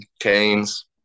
Canes